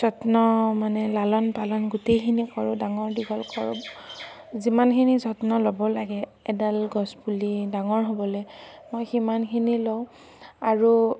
যত্ন মানে লালন পালন গোটেইখিনি কৰোঁ ডাঙৰ দীঘল কৰোঁ যিমানখিনি যত্ন ল'ব লাগে এডাল গছপুলি ডাঙৰ হ'বলৈ মই সিমানখিনি লওঁ আৰু